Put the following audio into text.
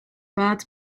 bad